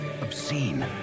obscene